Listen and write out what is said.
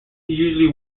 usually